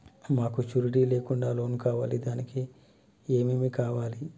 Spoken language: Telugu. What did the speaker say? మాకు షూరిటీ లేకుండా లోన్ కావాలి దానికి ఏమేమి కావాలి?